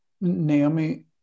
Naomi